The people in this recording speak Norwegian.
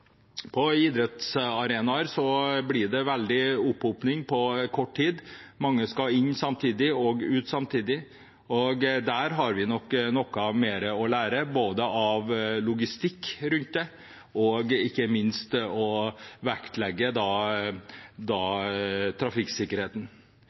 På idrettsarenaer blir det en veldig opphopning på kort tid. Mange skal inn samtidig og ut samtidig, og der har vi nok noe mer å lære med hensyn til logistikken rundt det og ikke minst